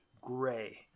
gray